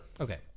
Okay